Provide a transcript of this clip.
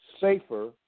safer